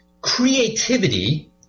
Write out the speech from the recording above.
creativity